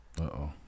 Uh-oh